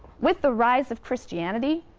with the rise of christianity,